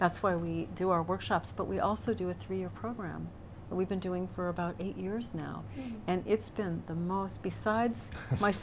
that's why we do our workshops but we also do a three year program we've been doing for about eight years now and it's been the most besides my